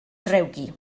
drewgi